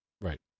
Right